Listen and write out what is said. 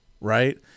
right